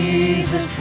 Jesus